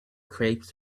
crepes